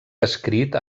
escrit